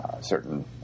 certain